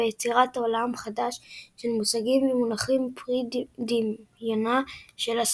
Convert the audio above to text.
ביצירת עולם חדש של מושגים ומונחים פרי דמיונה של הסופרת.